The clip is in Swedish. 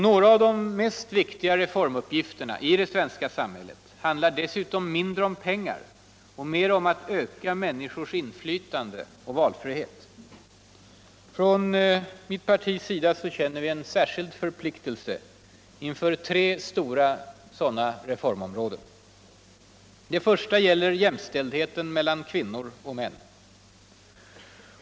Några av de mest viktiga reformuppgifterna i det svenska samhället handlar dessutom mindre om pengar och mera om att öka miänniskors inflytande och valfrihet. Från mitt partis sida känner vi en särskild förpliktelse inför tre stora sådana reformområden. Det första är jämställdheten mellan kvinnor och män.